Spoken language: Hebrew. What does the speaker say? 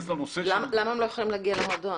למה הם לא יכולים להגיע למועדון?